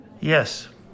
Yes